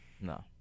no